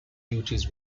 duties